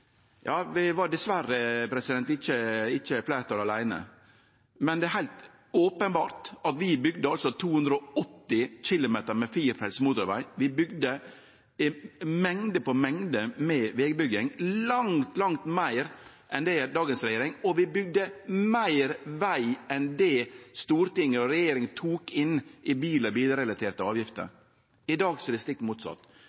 men det er heilt openbert at vi bygde 280 km med firefelts motorveg, vi bygde mengder med veg – langt, langt meir enn det dagens regjering gjer – og vi bygde for meir i veg enn det Stortinget og regjeringa tok inn i